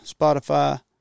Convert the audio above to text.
spotify